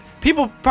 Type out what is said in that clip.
People